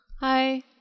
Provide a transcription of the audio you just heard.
Hi